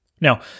Now